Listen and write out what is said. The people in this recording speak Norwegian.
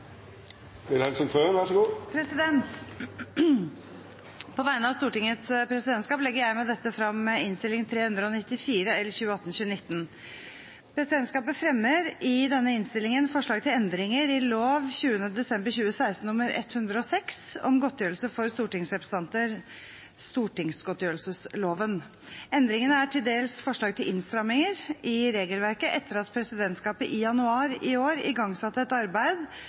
På vegne av Stortingets presidentskap legger jeg med dette frem Innst. 394 L for 2018–2019. Presidentskapet fremmer i denne innstillingen forslag til endringer i lov 20. desember 2016 nr. 106 om godtgjørelse for stortingsrepresentanter – stortingsgodtgjørelsesloven. Endringene er til dels forslag til innstramminger i regelverket etter at presidentskapet i januar i år igangsatte et arbeid